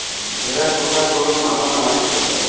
ভেরার শশার ফলন ভালো না মাটির শশার?